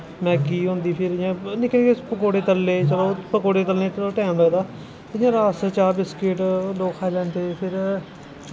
मैह्गी होंदी इ'यां निक्के निक्के पकौड़े तली ले जां पकौड़े तलनें गी थोह्ड़ा टैम लगदा इ'यां रस चाह् बिस्कुट लोग खाई लैंदे फिर